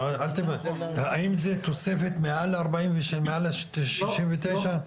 אם זה תוספת מעל שישים ותשע?